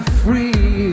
free